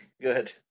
Good